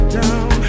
down